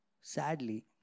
sadly